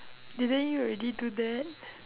didn't you already do that